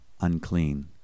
unclean